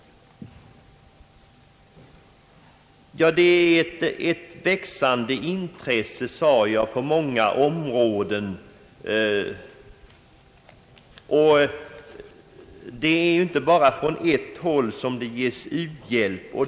Det finns ett växande intresse, sade jag, på många områden, och det är inte bara från ett håll som det ges u-hjälp.